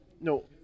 No